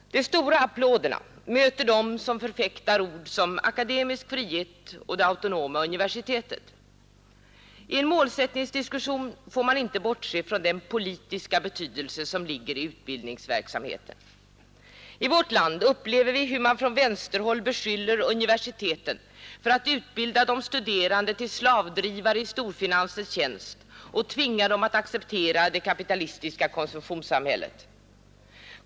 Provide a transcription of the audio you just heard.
De starka applåderna möter dem som förfäktar fraser som akademisk frihet och det autonoma universitetet. I en målsättningsdiskussion får man inte bortse från den politiska betydelse som ligger i utbildningsverksamheten. I vårt land upplever vi hur man från vänsterhåll beskyller universiteten för att utbilda de studerande till slavdrivare i storfinansens tjänst och tvinga dem att acceptera det kapitalistiska konsumtionssamhället.